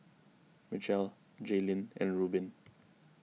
Mitchell Jaylynn and Rubin